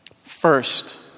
First